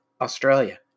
Australia